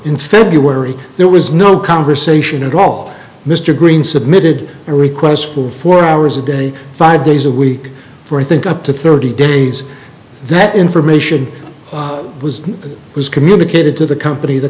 in february there was no conversation at all mr greene submitted a request for four hours a day five days a week for i think up to thirty days that information was was communicated to the company the